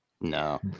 No